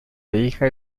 hija